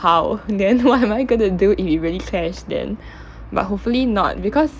how then what am I going to do if it really clash then but hopefully not because